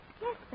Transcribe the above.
Yes